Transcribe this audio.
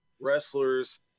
wrestlers